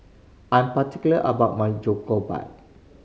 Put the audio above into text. I'm particular about my Jokbal